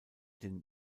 den